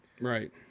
right